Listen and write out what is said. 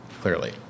clearly